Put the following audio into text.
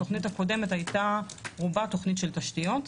התוכנית הקודמת הייתה רובה תוכנית של תשתיות.